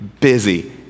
busy